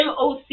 MOC